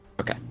Okay